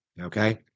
okay